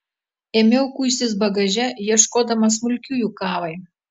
ėmiau kuistis bagaže ieškodama smulkiųjų kavai